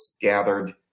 gathered